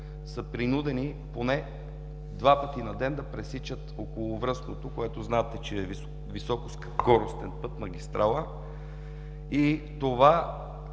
са принудени поне два пъти на ден да пресичат Околовръстното, което, знаете, че е високоскоростен път, магистрала, а това